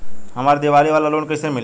हमरा दीवाली वाला लोन कईसे मिली?